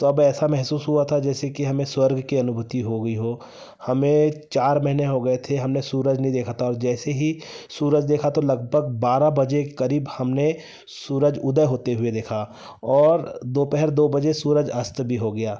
तब ऐसा महसूस हुआ था जैसे कि हमें स्वर्ग की अनुभूति हो गई हो हमें चार महीने हो गए थे हमने सूरज नहीं देखा था और जैसे ही सूरज देखा तो लगभग बारह बजे करीब हमने सूरज उदय होते हुए देखा और दोपहर दो बजे सूरज अस्त भी हो गया